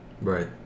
Right